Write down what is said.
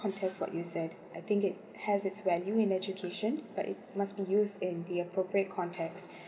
contest what you said I think it has its value in education but it must be used in the appropriate context